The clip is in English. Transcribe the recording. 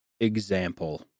example